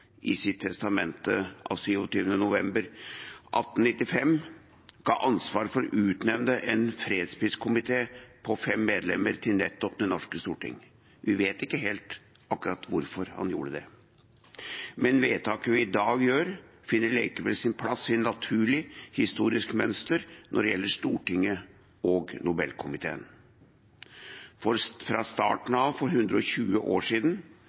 i sitt testamente av 27. november 1895 ga ansvaret for å utnevne en fredspriskomité på fem medlemmer til nettopp det norske storting. Vi vet ikke helt akkurat hvorfor han gjorde det. Men vedtaket vi i dag gjør, finner likevel sin plass i et naturlig, historisk mønster når det gjelder Stortinget og Nobelkomiteen. Fra starten av, for vel 120 år siden,